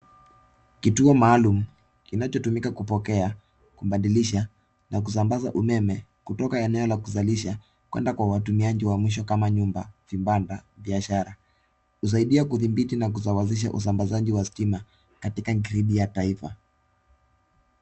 Kituo maalum kinachotumika kupokea, kubadilisha na kusambaza umeme, kutoka kwa eneo la kuzalisha kuenda kwa watumiaji wa mwisho kama nyumba, vibanda, biashara. Husaidia kudhibiti na kusawazisha usambazaji wa stima katika gridi ya taifa.